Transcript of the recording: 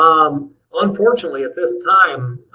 um unfortunately at this time.